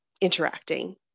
interacting